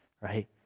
right